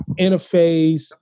interface